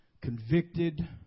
convicted